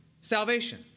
salvation